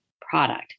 product